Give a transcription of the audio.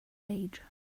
age